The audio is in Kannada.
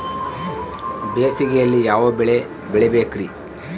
ಬೇಸಿಗೆಯಲ್ಲಿ ಯಾವ ಬೆಳೆ ಬೆಳಿಬೇಕ್ರಿ?